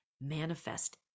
manifest